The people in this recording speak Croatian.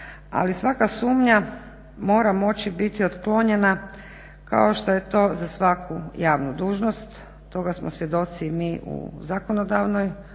svaka sumnja mora moći biti otklonjena kao što je to za svaku javnu dužnost. Toga smo svjedoci i mi u zakonodavnoj,